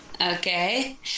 Okay